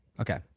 Okay